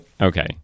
Okay